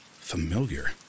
familiar